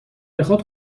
بخاد